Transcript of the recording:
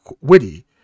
witty